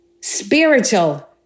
Spiritual